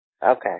Okay